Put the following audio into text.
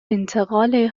انتقال